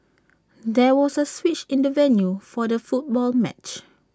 there was A switch in the venue for the football match